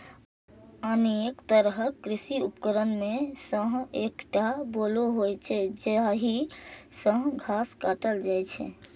अनेक तरहक कृषि उपकरण मे सं एकटा बोलो होइ छै, जाहि सं घास काटल जाइ छै